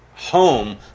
home